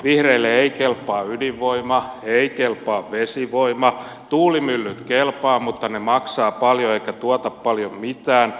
vihreille ei kelpaa ydinvoima ei kelpaa vesivoima tuulimyllyt kelpaavat mutta ne maksavat paljon eivätkä tuota paljon mitään